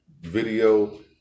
video